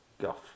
guff